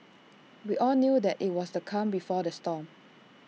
we all knew that IT was the calm before the storm